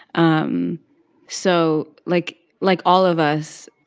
um so, like like, all of us,